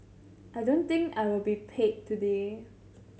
I don't think I will be paid today